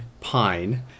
pine